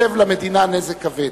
מסב למדינה נזק כבד.